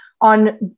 on